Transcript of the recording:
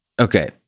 okay